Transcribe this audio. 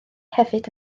hefyd